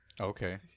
okay